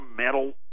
metal